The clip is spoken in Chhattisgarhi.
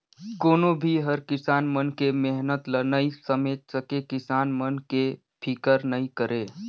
कोनो भी हर किसान मन के मेहनत ल नइ समेझ सके, किसान मन के फिकर नइ करे